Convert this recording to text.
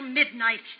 midnight